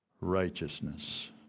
Righteousness